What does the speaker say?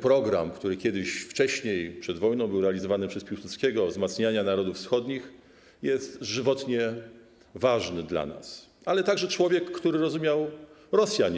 program, który kiedyś wcześniej, przed wojną był realizowany przez Piłsudskiego, wzmacniania narodów wschodnich, jest żywotnie ważny dla nas, ale także człowiek, który rozumiał Rosjan.